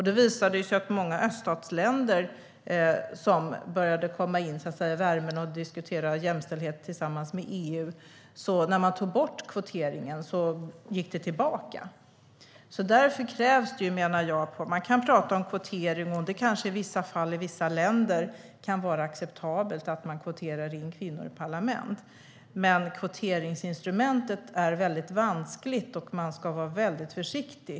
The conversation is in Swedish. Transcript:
Det visade sig att i många öststatsländer som kom in i värmen och började diskutera jämställdhet med EU gick andelen kvinnor tillbaka när man tog bort kvoteringen. I vissa fall och i vissa länder kan det kanske vara acceptabelt att man kvoterar in kvinnor i parlament, men kvoteringsinstrumentet är väldigt vanskligt, och man ska vara väldigt försiktig.